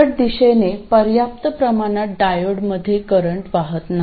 उलट दिशेने पर्याप्त प्रमाणात डायोडमध्ये करंट वाहत नाही